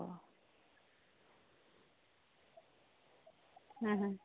ᱦᱩᱸ ᱦᱩᱸ